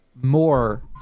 more